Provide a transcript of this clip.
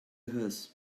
hers